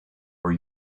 for